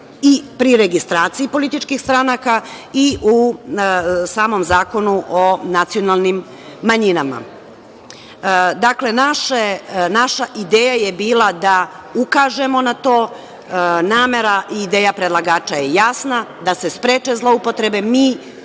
i pri registraciji političkih stranaka i u samom Zakonu o nacionalnim manjinama. Dakle, naša ideja je bila da ukažemo na to, namera i ideja predlagača je jasna, da se spreče zloupotrebe.